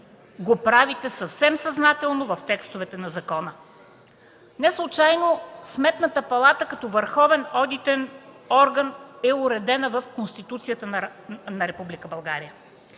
го правите съвсем съзнателно в текстовете на закона. Неслучайно Сметната палата като върховен одитен орган е уредена в Конституцията на